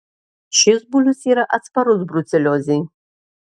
šis bulius yra atsparus bruceliozei